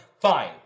fine